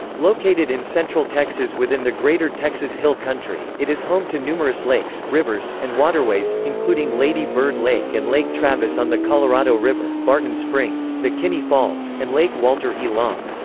located in central texas within the greater texas hill country, it is home to numerous lakes, rivers, and waterways, including lady bird lake and lake travis on the colorado river, barton springs, mckinney falls, and lake walter e. long.